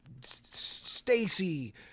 Stacy